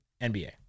NBA